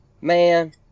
man